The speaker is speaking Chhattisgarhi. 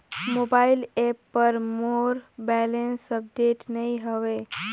मोबाइल ऐप पर मोर बैलेंस अपडेट नई हवे